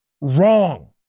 wrong